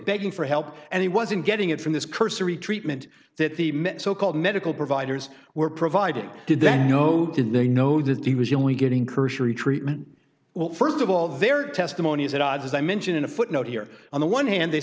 begging for help and he wasn't getting it from this cursory treatment that the met so called medical providers were provided did then know did they know that he was only getting cursory treatment well st of all their testimony is at odds as i mentioned in a footnote here on the one hand they